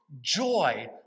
joy